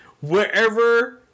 wherever